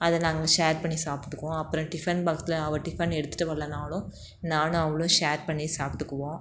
அதை நாங்கள் ஷேர் பண்ணி சாப்பிட்டுக்குவோம் அப்புறம் டிஃபன் பாக்ஸில் அவள் டிஃபன் எடுத்துகிட்டு வரலனாலும் நானும் அவளும் ஷேர் பண்ணி சாப்பிட்டுக்குவோம்